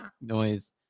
noise